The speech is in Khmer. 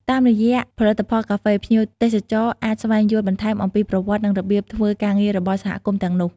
តាមរយៈផលិតផលកាហ្វេ ភ្ញៀវទេសចរអាចស្វែងយល់បន្ថែមអំពីប្រវត្តិ និងរបៀបធ្វើការងាររបស់សហគមន៍ទាំងនោះ។